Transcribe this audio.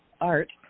art